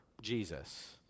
Jesus